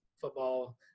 football